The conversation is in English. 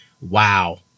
Wow